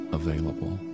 available